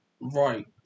Right